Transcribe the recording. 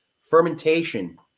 fermentation